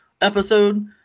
episode